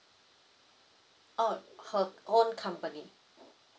oh her own company